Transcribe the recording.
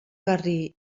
garrí